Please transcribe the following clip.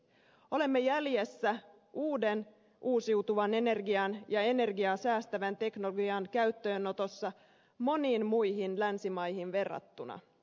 olemme jäl jessä uuden uudistuvan energian ja energiaa säästävän teknologian käyttöönotossa moniin muihin länsimaihin verrattuna